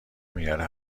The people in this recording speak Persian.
میاره